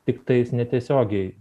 tiktais netiesiogiai